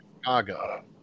Chicago